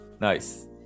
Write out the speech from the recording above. nice